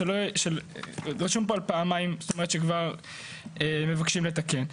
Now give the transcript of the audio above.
רשום פה שכבר פעמיים מבקשים לתקן.